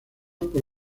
por